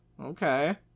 okay